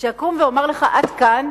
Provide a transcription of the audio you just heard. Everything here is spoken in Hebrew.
שיבוא ויאמר לך עד כאן?